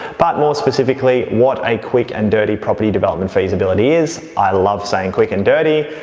but more specifically what a quick and dirty property development feasibility is, i love saying quick and dirty,